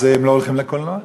אז הם לא הולכים לקולנוע.